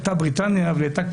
בריטניה הייתה,